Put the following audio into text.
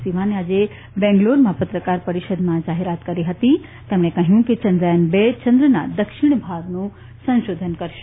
સિવાને આજે બેંગ્લોરમાં પત્રકાર પરિષદમાં આ જાહેરાત કરી હતી તેમણે કહ્યું કે ચંદ્રયાન ર ચંદ્રના દક્ષિણ ભાગનું સંશોધન કરશે